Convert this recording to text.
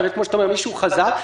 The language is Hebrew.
כמו שאתה אומר שמישהו עוזב,